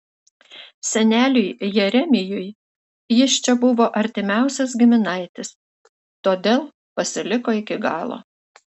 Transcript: seneliui jeremijui jis čia buvo artimiausias giminaitis todėl pasiliko iki galo